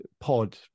pod